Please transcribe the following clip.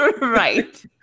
right